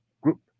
group